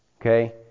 okay